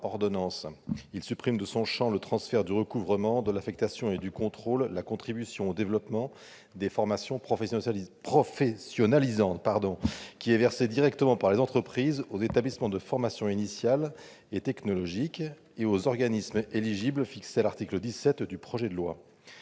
en supprimant de son champ le transfert du recouvrement, de l'affectation et du contrôle de la contribution au développement des formations professionnalisantes, qui est versée directement par les entreprises aux établissements de formation initiale et technologique et aux organismes éligibles fixés à l'article 17 du projet de loi.